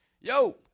yo